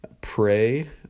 pray